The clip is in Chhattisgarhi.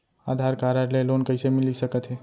आधार कारड ले लोन कइसे मिलिस सकत हे?